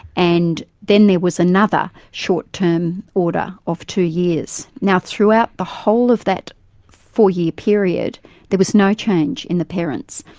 and then there was another short-term order of two years. now, throughout the whole of that four-year period there was no change in the parents.